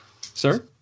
Sir